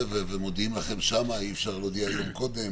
--- ומודיעים לכם שם אי אפשר להודיע יום קודם,